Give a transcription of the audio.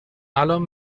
الان